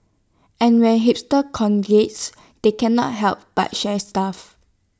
and when hipsters congregate they cannot help but share stuff